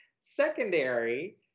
secondary